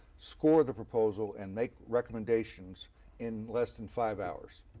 score the proposal, and make recommendations in less than five hours.